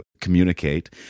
communicate